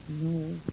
No